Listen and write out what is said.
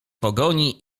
pogoni